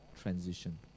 transition